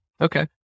Okay